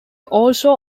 also